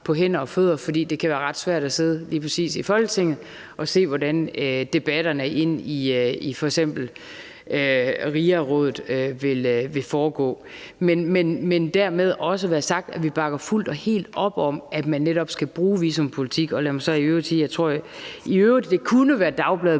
på hænder og fødder, for det kan være ret svært at sidde lige præcis i Folketinget og se, hvordan debatterne i f.eks. RIA-rådet vil foregå. Men dermed også være sagt, at vi bakker fuldt og helt op om, at man netop skal bruge visumpolitik. Lad mig så i øvrigt sige, at jeg tror, at det kunne være dagbladet